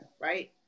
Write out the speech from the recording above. Right